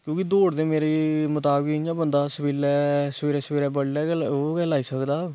क्योकि दौड़ दे मेरे मुताविक इयां बंदा सवेले सवेरे सवेरे बडले ओह् गै लाई सकदा